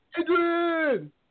Adrian